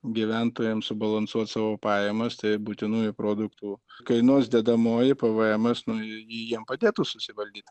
gyventojams subalansuot savo pajamas tai būtinųjų produktų kainos dedamoji pėvėemas nu ji jiem padėtų susivaldyt